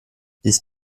ist